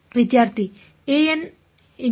ans ಸರಿ